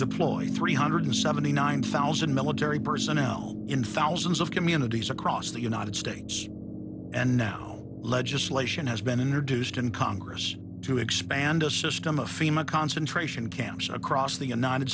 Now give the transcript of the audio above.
deploy three hundred seventy nine thousand military personnel in fountains of communities across the united states and now legislation has been introduced in congress to expand a system of fema concentration camps across the united